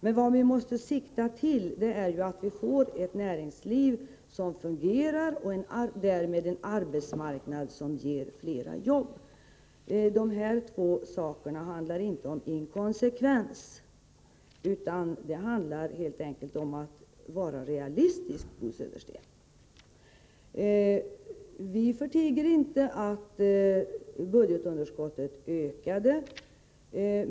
Men vad vi måste sikta till är att få ett näringsliv som fungerar och därmed en arbetsmarknad som ger fler jobb. De här två sakerna handlar inte om inkonsekvens, Bo Södersten, utan helt enkelt om att vara realistisk. Vi förtiger inte att budgetunderskottet ökade.